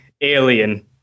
alien